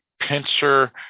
Pincer